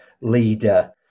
leader